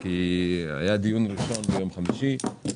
כי היה דיון ראשון ביום חמישי,